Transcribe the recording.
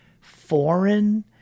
foreign